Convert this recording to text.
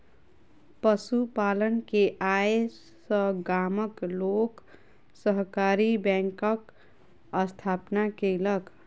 पशु पालन के आय सॅ गामक लोक सहकारी बैंकक स्थापना केलक